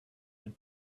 and